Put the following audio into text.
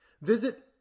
Visit